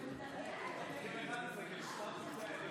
זה מביש.